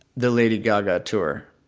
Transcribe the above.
the lady gaga tour.